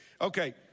Okay